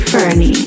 Fernie